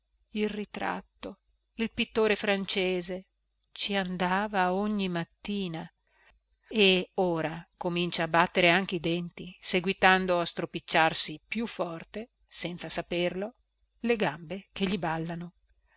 il ritratto il pittore francese ci andava ogni mattina e ora comincia a battere anche i denti seguitando a stropicciarsi più forte senza saperlo le gambe che gli ballano